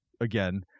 again